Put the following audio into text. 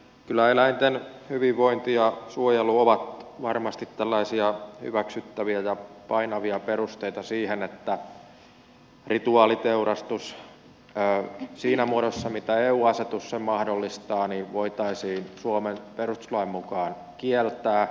kyllä eläinten hyvinvointi ja suojelu ovat varmasti tällaisia hyväksyttäviä ja painavia perusteita siihen että rituaaliteurastus siinä muodossa miten eu asetus sen mahdollistaa voitaisiin suomen perustuslain mukaan kieltää